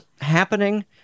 happening